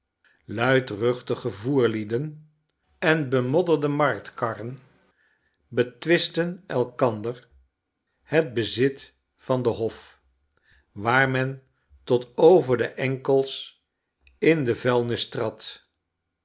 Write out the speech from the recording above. luidruchtige voerlieden enbemodderde marktkarren betwistten elkander het bezit van den hof waar men tot over de enkels in de vuilnis trad